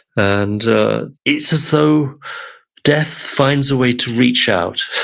and it's as though death finds a way to reach out